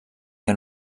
que